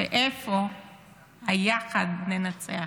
ואיפה ה"יחד ננצח"?